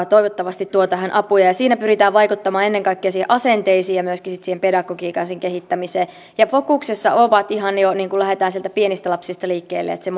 toivottavasti tuo tähän apuja ja siinä pyritään vaikuttamaan ennen kaikkea niihin asenteisiin ja myöskin sitten pedagogiikkaan ja sen kehittämiseen fokuksessa ihan jo lähdetään sieltä pienistä lapsista liikkeelle että se